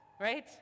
right